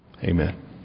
Amen